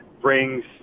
brings